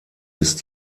ist